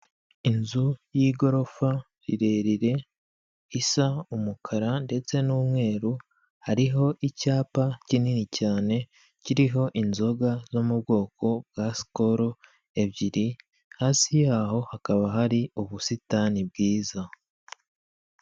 Inzu y'igorofa rirerire isa umukara ndetse n'umweru hariho icyapa kinini cyane kiriho inzoga zo mu bwoko bwa sikoro ebyiri hasi yaho hakaba hari ubusitani bwiza.